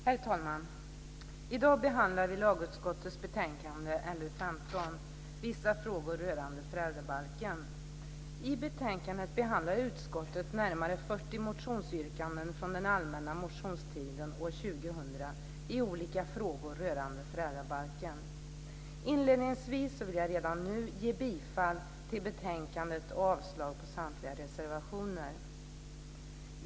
Herr talman! I dag behandlar vi lagutskottets betänkande LU15, Vissa frågor rörande föräldrabalken. I betänkandet behandlar utskottet närmare 40 motionsyrkanden från den allmänna motionstiden år 2000 i olika frågor rörande föräldrabalken. Inledningsvis vill jag redan nu yrka bifall till förslagen i betänkandet och avslag på samtliga reservationer.